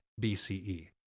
BCE